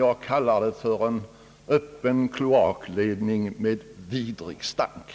Jag kallar den för en öppen kloakledning med vidrig stank.